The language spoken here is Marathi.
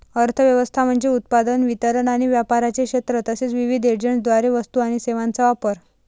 अर्थ व्यवस्था म्हणजे उत्पादन, वितरण आणि व्यापाराचे क्षेत्र तसेच विविध एजंट्सद्वारे वस्तू आणि सेवांचा वापर